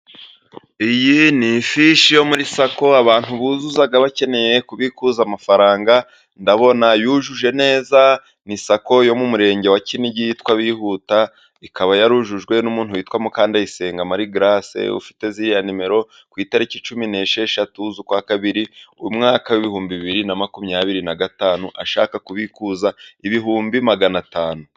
Iyi ni ifishi yo muri sako abantu buzuza bakeneye kubikuza amafaranga, ndabona yujuje neza ni sako yo mu Murenge wa Kinigiyitwa abihuta, ikaba yarujujwe n'umuntu witwa Mukandayisenga Mari garase, ufite ziriya nimero ku itariki cumi nesheshatu z'ukwa kabiri, umwaka w' ibihumbi bibiri na makumyabiri na gatanu, ashaka kubikuza ibihumbi magana atanu.